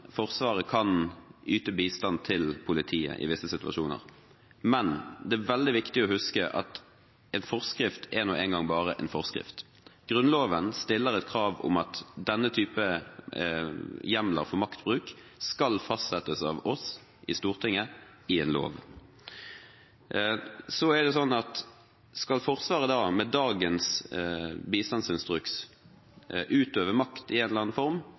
Forsvaret kan yte bistand til politiet i visse situasjoner, men det er veldig viktig å huske at en forskrift er nå engang bare en forskrift. Grunnloven stiller krav om at denne type hjemler for maktbruk skal fastsettes av oss, Stortinget, i en lov. Skal Forsvaret med dagens bistandsinstruks utøve makt i